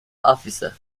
officer